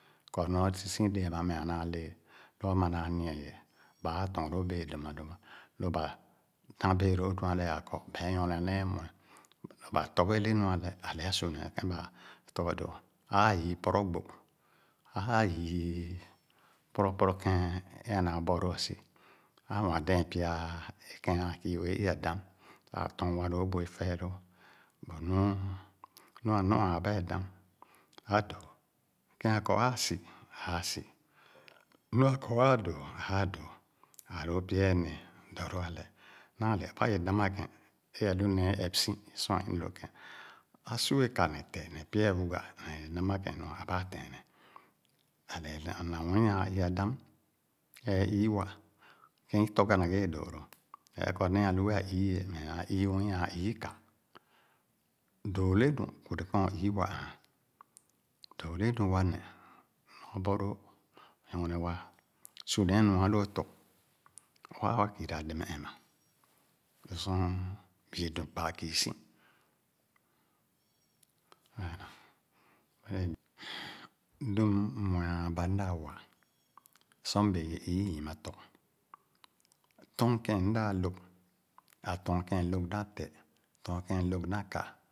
Kɔ nu ā si si déé ama meh a naa lee, lō amà naa nia ye, baa tɔɔn lóó bēē dum a’donia. Lō ba dán bēē lóó nu alɛ āā kɔ, bae nyorne nee ye mue. Bà tɔghe le nu alɛ, alɛ ā’su nee kēn ba tɔghe dō. Aa yii pɔrɔ gbo, aa yii pɔrɔ pɔrɔ kēn a’naa bɔlóó asi, a’nwadɛɛn pya kēn ā kii wēē i-a dam, ā tɔɔn wa lóó bu éfeelóó. Gbo nu, nu a’nɔ āān ba ye dam, ā‘dōō. Kēn a’kɔ aasi, aasi, nua ā āā ’dōō, āā’dōō, āā lóó pya’e néé dɔ lo alɛ. Naale abà ye dam a’kēn é alu néé é ɛp si é sor é inah lō kēn. A’su ye kā neh tēh nēh pya ye wuga neh nu ma kēn, ēē abà tɛtɛ A’le na nwii āā i-a dam, ɛɛ ii-wa, kēb i tɔ̄ghe na ghe ye dōōlo’. Ba’e kɔ néé alu wéé i-e meh aa ii nwii. aa ii-kā. Dōō le nu tere kēb o’ii-wa aān. Dōōle nu wa neh meh obɔloo. wɛnɛ wa. Su nee nua alōō tɔ. Waa wa kiira dɛmɛ ɛmma lo sor bi’e dum gbaa kii si Nu’m mue āān ba mna wa sor m’bee ye ii yima tɔ, Iɔ̄ɔn kēn m’daa log, a’lɔ̄ɔ̄n kēn lòg na teh, tɔɔn kēn lòg na kā